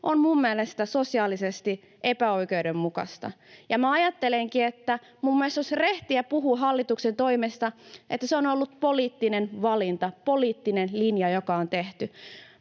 mielestäni sosiaalisesti epäoikeudenmukainen. Ja minä ajattelenkin, että minun mielestäni olisi rehtiä puhua hallituksen toimista, että se on ollut poliittinen valinta, poliittinen linja, joka on tehty.